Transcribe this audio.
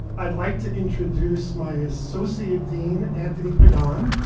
i'd like to introduce my associate dean anthony pagan.